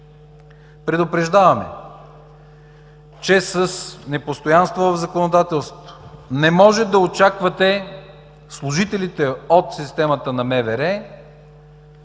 Предупреждаваме, че с непостоянство в законодателството не може да очаквате служителите от системата на МВР